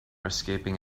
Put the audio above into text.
escaping